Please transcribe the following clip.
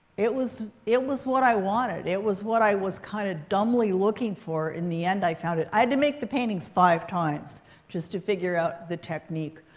it was it was what i wanted. it was what i was kind of dumbly looking for. in the end, i found it. i had to make the paintings five times just to figure out the technique.